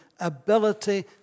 ability